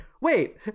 wait